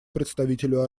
представителю